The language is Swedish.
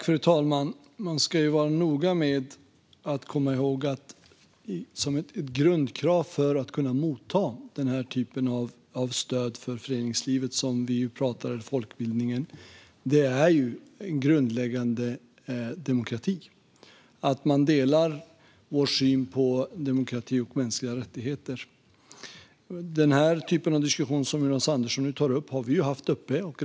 Fru talman! Man ska vara noga med att komma ihåg att ett grundkrav för att kunna motta stöd för föreningslivet som gäller folkbildningen är grundläggande demokrati. Man måste dela vår syn på demokrati och mänskliga rättigheter. Det slags diskussion som Jonas Andersson nu tar upp har vi haft tidigare.